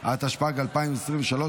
התשפ"ד 2023,